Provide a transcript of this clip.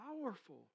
powerful